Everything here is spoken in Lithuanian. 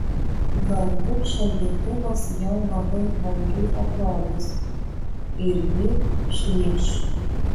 galbūt šaldytuvas jai labai baugiai atrodys ir ji šnypš